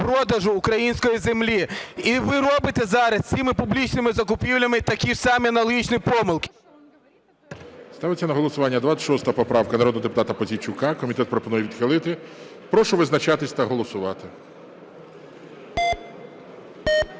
продажу української землі. І ви робите зараз цими публічними закупівлями такі ж самі аналогічні помилки. ГОЛОВУЮЧИЙ. Ставиться на голосування 26 поправка народного депутата Пузійчука. Комітет пропонує відхилити. Прошу визначатись та голосувати.